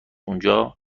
اونجا